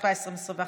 התשפ"א 2021,